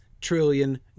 trillion